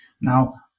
Now